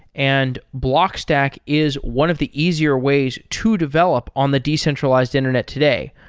and blockstack is one of the easier ways to develop on the decentralized internet today.